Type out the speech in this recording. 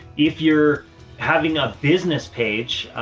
if you're having a business page,